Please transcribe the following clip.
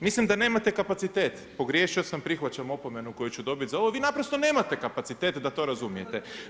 Mislim da nemate kapacitet pogriješio sam, prihvaćam opomenu koju ću dobiti za ovo, vi naprosto nemate kapacitet da to razumijete.